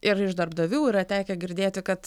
ir iš darbdavių yra tekę girdėti kad